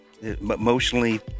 Emotionally